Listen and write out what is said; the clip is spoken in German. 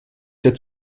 der